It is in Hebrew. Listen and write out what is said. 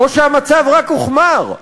או שהמצב רק הוחמר?